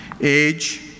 Age